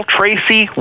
Tracy